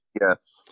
Yes